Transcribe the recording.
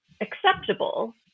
acceptable